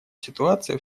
ситуация